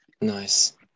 Nice